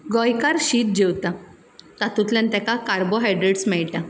गोंयकार शीत जेवता तातूंतल्यान तेका कार्बोहायड्रेट्स मेळटात